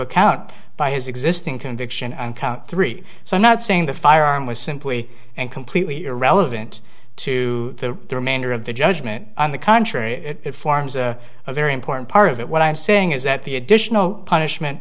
account by his existing conviction on count three so not saying the firearm was simply and completely irrelevant to the remainder of the judgment on the contrary it forms a very important part of it what i'm saying is that the additional punishment